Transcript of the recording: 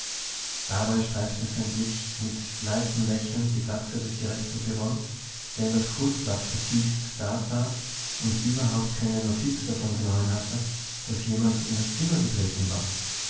dabei streifte sein blick mit leisem lächeln die glatze des direktors birron der in das kursblatt vertieft dasaß und überhaupt keine notiz davon genommen hatte daß jemand in das zimmer getreten war